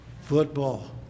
football